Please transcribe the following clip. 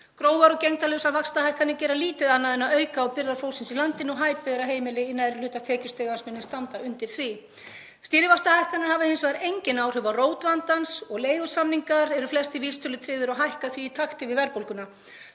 Grófar og gegndarlausar vaxtahækkanir gera lítið annað en að auka á byrðar fólksins í landinu og hæpið er að heimili í neðri hluta tekjustigans muni standa undir því. Stýrivaxtahækkanir hafa hins vegar engin áhrif á rót vandans og leigusamningar eru flestir vísitölutryggðir og hækka því í takti við verðbólguna,